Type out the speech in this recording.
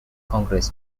congress